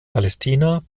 palästina